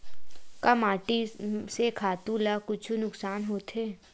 का माटी से खातु ला कुछु नुकसान होथे?